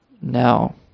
now